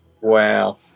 Wow